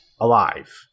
alive